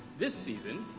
this season,